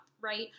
right